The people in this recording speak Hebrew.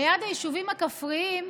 ליד היישובים הכפריים,